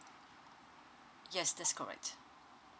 yes that's correct